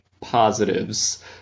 positives